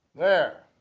there!